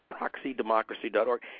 proxydemocracy.org